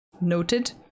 noted